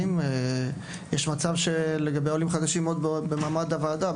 יש מצב שלגבי העולים החדשים עוד במעמד הוועדה,